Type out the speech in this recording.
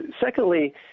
Secondly